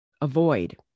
avoid